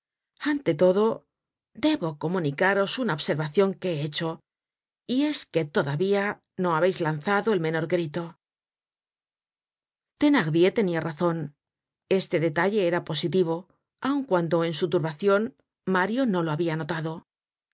ante todo debo comunicaros una observacion que he hecho y es que todavía no habeis lanzado el menor grito thenardier tenia razon este detalle era positivo aun cuando en su turbacion mario no lo habia notado el